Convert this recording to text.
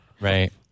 Right